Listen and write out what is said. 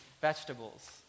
vegetables